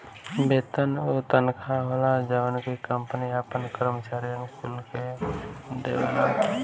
वेतन उ तनखा होला जवन की कंपनी आपन करम्चारिअन कुल के देवेले